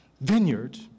vineyard